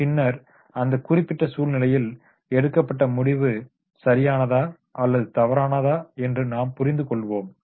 பின்னர் அந்த குறிப்பிட்ட சூழ்நிலையில் எடுக்கப்பட்ட முடிவு சரியானதா அல்லது தவறானதா என்று நாம் புரிந்து கொள்வோம்